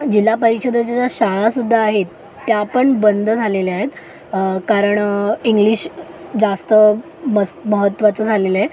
जिल्हा परिषदेच्या ज्या शाळासुद्धा आहेत त्या पण बंद झालेल्या आहेत कारण इंग्लिश जास्त मत महत्वाचं झालेलं आहे